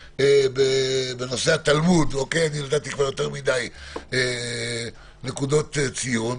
בנושא התלמוד כבר נתתי יותר מדי נקודות ציון.